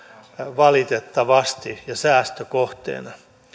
valitettavasti ja säästökohteena